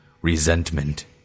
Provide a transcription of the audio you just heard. Resentment